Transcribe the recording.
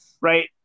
Right